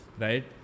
right